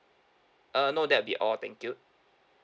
uh no that'll be all thank you